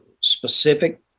specific